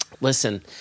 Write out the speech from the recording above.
listen